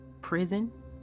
Prison